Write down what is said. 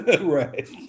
Right